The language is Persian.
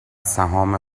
سهام